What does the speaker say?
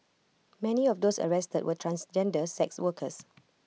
many of those arrested were transgender sex workers